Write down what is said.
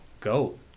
go